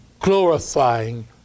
glorifying